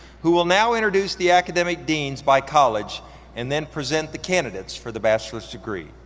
who will now introduce the academic deans by college and then present the candidates for the bachelor's degree,